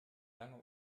lange